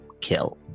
kill